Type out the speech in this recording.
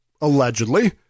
allegedly